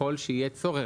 ככל שיהיה צורך,